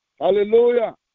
Hallelujah